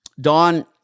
Don